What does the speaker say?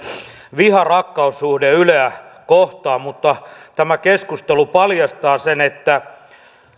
viha rakkaus suhde yleä kohtaan mutta tämä keskustelu paljastaa sen että